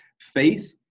faith